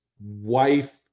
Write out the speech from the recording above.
wife